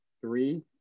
Three